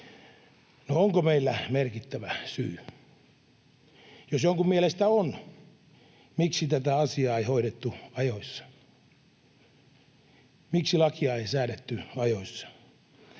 onko meillä merkittävä syy? Jos jonkun mielestä on, miksi tätä asiaa ei hoidettu ajoissa. Miksi lakia ei säädetty ajoissa?